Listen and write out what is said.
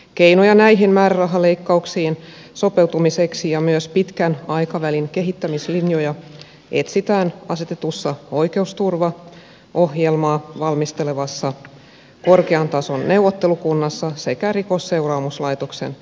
keinoja näihin määrärahaleikkauksiin sopeutumiseksi ja myös pitkän aikavälin kehittämislinjoja etsitään asetetussa oikeusturvaohjelmaa valmistelevassa korkean tason neuvottelukunnassa sekä rikosseuraamuslaitoksen sopeuttamisohjelmassa